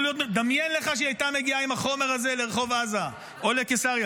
דמיין לך שהייתה מגיעה עם החומר הזה לרחוב עזה או לקיסריה.